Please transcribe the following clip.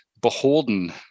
beholden